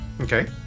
Okay